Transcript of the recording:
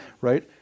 right